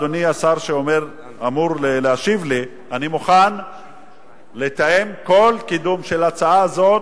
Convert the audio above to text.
אדוני השר שאמור להשיב לי: אני מוכן לתאם כל קידום של ההצעה הזאת